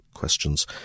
questions